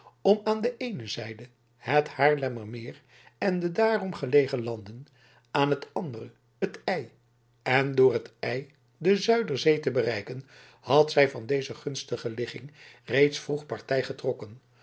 om aan de eene zijde het haarlemmermeer en de daarom gelegen landen aan de andere het ij en door het ij de zuiderzee te bereiken had zij van deze gunstige ligging reeds vroeg partij getrokken